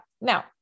Now